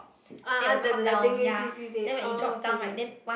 ah the the oh okay okay